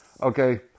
okay